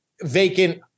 vacant